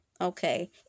Okay